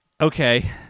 okay